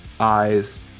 Eyes